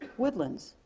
woodlands,